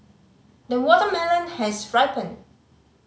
the watermelon has ripened